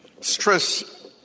Stress